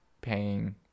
paying